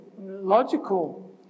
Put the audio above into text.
logical